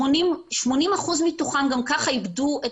ש-80 אחוזים מתוכם גם כך איבדו את